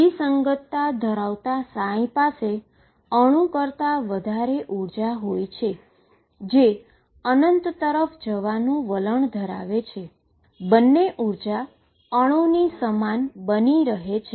વિસંગતતા ધરાવતા પાસે એટમ કરતા વધારે એનર્જીહોય છે જે અનંત તરફ જવાનુ વલણ ધરાવે છે બંને એનર્જી એટમની સમાન બની જાય છે